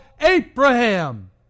Abraham